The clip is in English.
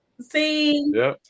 See